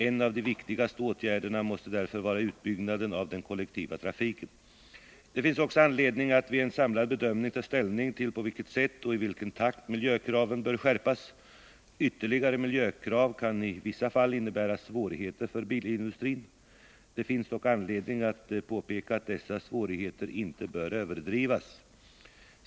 En av de viktigaste åtgärderna måste därför vara utbyggnaden av den kollektiva trafiken. Det finns också anledning att vid en samlad bedömning ta ställning till på vilket sätt och i vilken takt miljökraven bör skärpas. Ytterligare miljökrav kan i vissa fall innebära svårigheter för bilindustrin. Det finns dock anledning att påpeka att dessa svårigheter inte bör överdrivas.